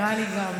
נראה לי גם.